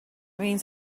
means